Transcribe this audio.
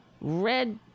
red